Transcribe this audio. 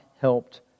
helped